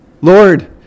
Lord